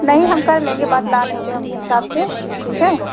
नहीं हम कर लेंगे बात ला लेंगे अपने हिसाब से ठीक है